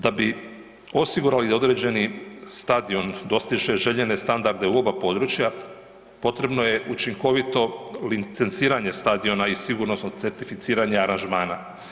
Da bi osigurali određeni stadion, dostiže željene standarde u oba područja, potrebno je učinkovito licenciranje stadiona i sigurnosno certificiranje aranžmana.